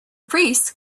priest